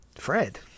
Fred